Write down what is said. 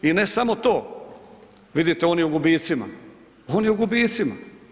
I ne samo to, vidite on je u gubicima, on je u gubicima.